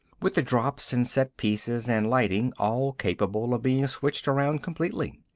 with the drops and set pieces and lighting all capable of being switched around completely.